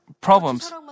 problems